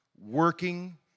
working